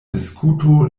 diskuto